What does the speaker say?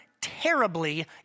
terribly